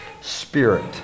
spirit